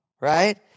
Right